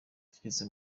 tugeze